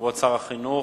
כבוד שר החינוך